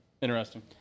Interesting